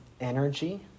energy